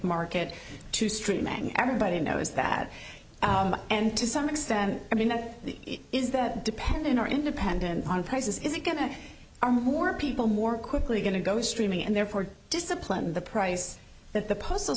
market to stream and everybody knows that and to some extent i mean that is that dependent are independent on prices is it going to are more people more quickly going to go streaming and therefore discipline the price that the postal